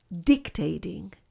dictating